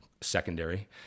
secondary